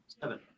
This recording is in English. seven